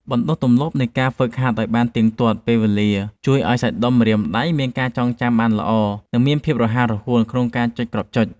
បណ្តុះទម្លាប់នៃការហ្វឹកហាត់ឱ្យបានទៀងទាត់ពេលវេលាជួយឱ្យសាច់ដុំម្រាមដៃមានការចងចាំបានយ៉ាងល្អ និងមានភាពរហ័សរហួនក្នុងការចុចគ្រាប់ចុច។